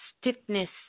stiffness